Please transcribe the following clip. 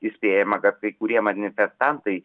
įspėjama kad kai kurie manifestantai